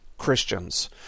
Christians